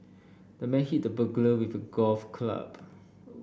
the man hit the burglar with a golf club